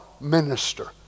minister